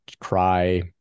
cry